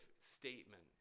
statement